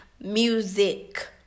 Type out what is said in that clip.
music